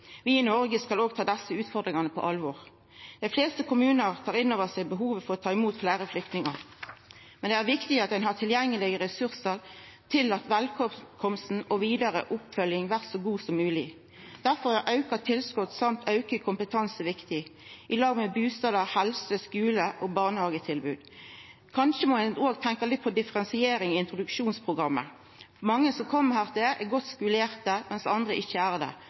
Vi i Noreg skal òg ta desse utfordringane på alvor. Dei fleste kommunar tar inn over seg behovet for å ta imot fleire flyktningar. Men det er viktig at ein har tilgjengelege ressursar slik at velkomsten og vidare oppfølging blir så god som mogleg. Difor er auka tilskot og auka kompetanse viktig, i lag med bustader, helse, skule og barnehagetilbod. Kanskje må ein òg tenkja litt på differensiering i introduksjonsprogrammet. Mange som kjem hit, er godt skulerte, mens andre ikkje er det.